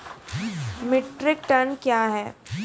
Metric tonne कया हैं?